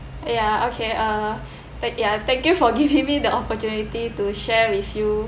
ya okay uh tha~ ya thank you for giving me the opportunity to share with you